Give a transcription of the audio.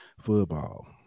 football